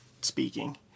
speaking